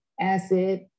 acid